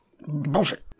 Bullshit